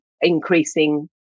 increasing